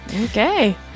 Okay